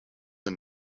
and